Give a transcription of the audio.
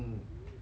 next